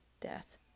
death